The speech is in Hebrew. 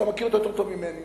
אתה מכיר אותו יותר טוב ממני.